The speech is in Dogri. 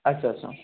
अच्छा अच्छा